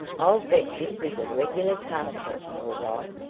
i'll bet this was a regular castle, all right.